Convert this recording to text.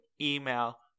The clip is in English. email